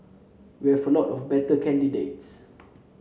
we have a lot of better candidates